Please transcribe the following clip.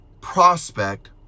prospect